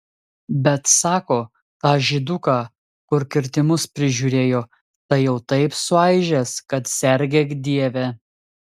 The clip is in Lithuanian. bet sako tą žyduką kur kirtimus prižiūrėjo tai jau taip suaižęs kad sergėk dieve